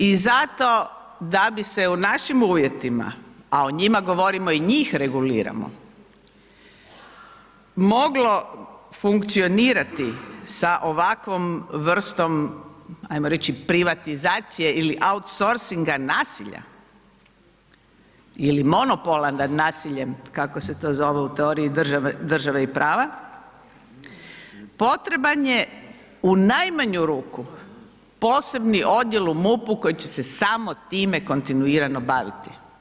I zato, da bi se u našim uvjetima, a o njima govorimo i njih reguliramo moglo funkcionirati sa ovakvom vrstom, hajmo reći privatizacije ili outsorcinga nasilja ili monopola nad nasiljem, kako se to zove u teoriji države i prava, potreban je, u najmanju ruku posebni odjel u MUP-u koji će se samo time kontinuirano baviti.